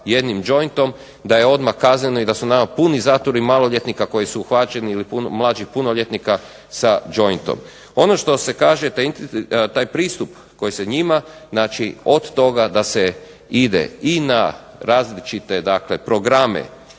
jednim jointom da je odmah kazneno i da su nama puni zatvori maloljetnika koji su uhvaćeni ili mlađih punoljetnika sa jointom. Ono što se kaže taj pristup koji se njima, znači od toga da se ide i na različite programe